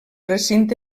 recinte